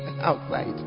outside